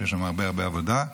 ויש שם הרבה הרבה עבודה,